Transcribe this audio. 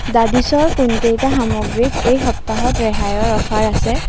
দাদিছৰ কোনকেইটা সামগ্ৰীত এই সপ্তাহত ৰেহাইৰ অ'ফাৰ আছে